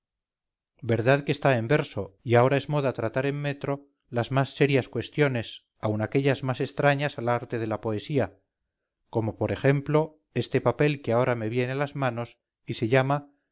verdad que está en verso y ahora es moda tratar en metro las más serias cuestiones aun aquellas más extrañas al arte de la poesía como por ejemplo este papel que ahora me viene a las manos y se llama